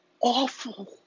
awful